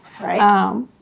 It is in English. Right